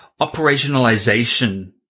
operationalization